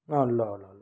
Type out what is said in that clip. अँ ल ल ल